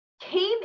came